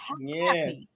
Yes